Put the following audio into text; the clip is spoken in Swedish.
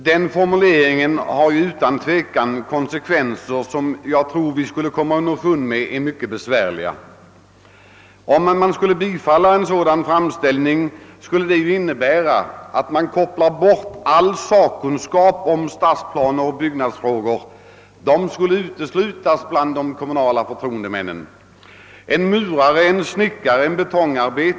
Den formuleringen skulle, om motionen blev bifallen, utan tvivel få mycket besvärliga konsekvenser. Vi skulle nämligen då koppla bort all sakkunskap vid behandlingen av stadsplaneoch byggnadsfrågor. En murare, en snickare eller en betongarbetare skulle vara utesluten som kommunal förtroendeman.